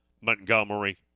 Montgomery